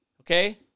okay